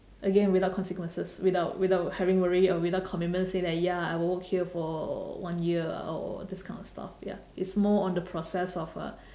again without consequences without without having worry or without commitment say that ya I will work here for one year or this kind of stuff ya it's more on the process of uh